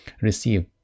receive